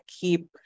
keep